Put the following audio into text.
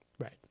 Right